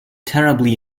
terribly